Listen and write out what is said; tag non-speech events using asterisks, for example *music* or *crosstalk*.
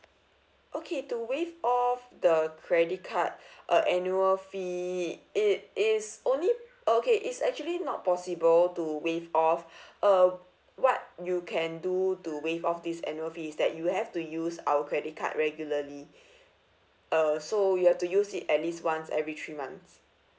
okay to waive off the credit card *breath* uh annual fee it is only okay it's actually not possible to waive off *breath* uh what you can do to waive off this annual fee is that you have to use our credit card regularly *breath* uh so you have to use it at least once every three months